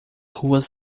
ruas